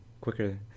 quicker